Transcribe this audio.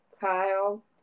Kyle